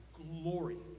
glory